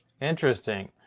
Interesting